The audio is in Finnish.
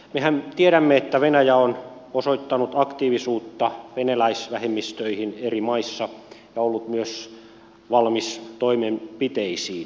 mehän tiedämme että venäjä on osoittanut aktiivisuutta venäläisvähemmistöihin eri maissa ja ollut myös valmis toimenpiteisiin